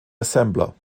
assembler